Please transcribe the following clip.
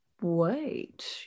wait